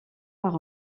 par